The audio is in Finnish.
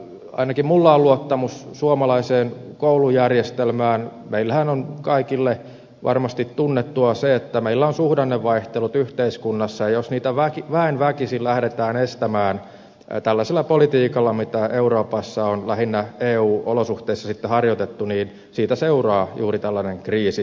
ainakin minulla on luottamus suomalaiseen koulujärjestelmään ja meillehän on kaikille varmasti tunnettua se että meillä on suhdannevaihtelut yhteiskunnassa ja jos niitä väen väkisin lähdetään estämään tällaisella politiikalla mitä euroopassa on lähinnä eu olosuhteissa harjoitettu niin siitä seuraa juuri tällainen kriisi